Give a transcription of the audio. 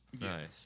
Nice